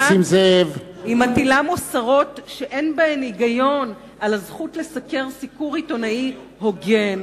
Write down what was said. היא מטילה מוסרות שאין בהן היגיון על הזכות לסקר סיקור עיתונאי הוגן.